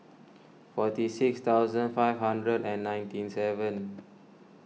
forty six thousand five hundred and ninety seven